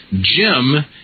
Jim